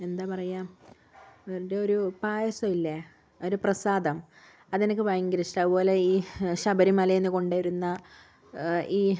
എന്ത പറയുക അവർടെയൊരു പായസമില്ലെ ഒരു പ്രസാദം അതെനിക്ക് ഭയങ്കര ഇഷ്ടമാണ് അതുപോലെ ഈ ശബരിമലയിൽ നിന്ന് കൊണ്ടുവരുന്ന ഈ